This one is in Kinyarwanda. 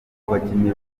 bakinnyi